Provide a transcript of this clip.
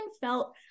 felt